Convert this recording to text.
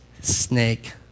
snake